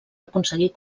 aconseguir